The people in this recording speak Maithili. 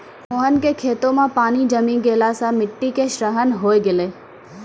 मोहन के खेतो मॅ पानी जमी गेला सॅ मिट्टी के क्षरण होय गेलै